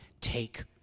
Take